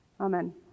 Amen